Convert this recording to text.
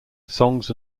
songs